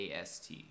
AST